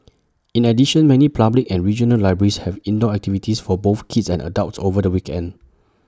in addition many public and regional libraries have indoor activities for both kids and adults over the weekend